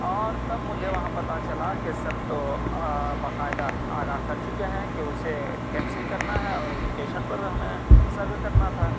اور تب مجھے وہاں پتا چلا کہ سر تو باقاعدہ آگاہ کر چکے ہیں کہ اسے کینسل کرنا ہے اور ایجوکیشن پر ہمیں سروے کرنا تھا